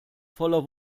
voller